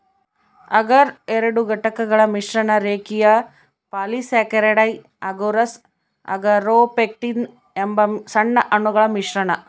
ಅಗರ್ ಎರಡು ಘಟಕಗಳ ಮಿಶ್ರಣ ರೇಖೀಯ ಪಾಲಿಸ್ಯಾಕರೈಡ್ ಅಗರೋಸ್ ಅಗಾರೊಪೆಕ್ಟಿನ್ ಎಂಬ ಸಣ್ಣ ಅಣುಗಳ ಮಿಶ್ರಣ